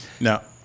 now